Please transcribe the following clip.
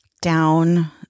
Down